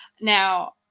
now